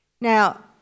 Now